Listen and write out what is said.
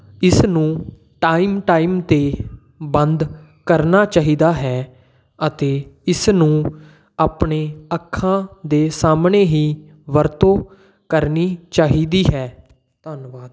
ਇਸ ਨੂੰ time time 'ਤੇ ਬੰਦ ਕਰਨਾ ਚਾਹੀਦਾ ਹੈ ਅਤੇ ਇਸ ਨੂੰ ਆਪਣੇ ਅੱਖਾਂ ਦੇ ਸਾਹਮਣੇ ਹੀ ਵਰਤੋਂ ਕਰਨੀ ਚਾਹੀਦੀ ਹੈ ਧੰਨਵਾਦ